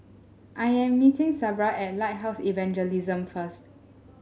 I am meeting Sabra at Lighthouse Evangelism first